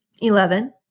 Eleven